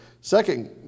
second